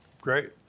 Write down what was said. Great